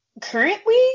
currently